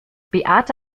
beate